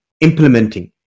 implementing